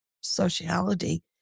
sociality